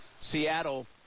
Seattle –